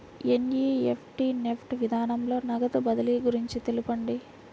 NEFT NEFT విధానంలో నగదు బదిలీ గురించి తెలుపండి?